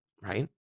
Right